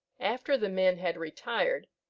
after the men had retired,